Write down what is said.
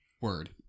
Word